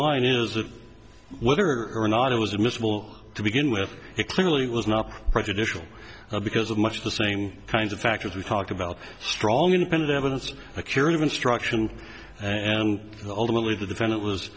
line is that whether or not it was admissible to begin with it clearly was not prejudicial because of much the same kinds of factors we talked about strong independent evidence a curative instruction and ultimately the defendant was